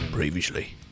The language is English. previously